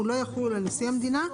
לא על נשיא המדינה.